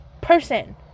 person